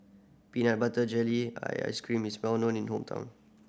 peanut butter jelly ice cream is well known in hometown